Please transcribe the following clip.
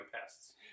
pests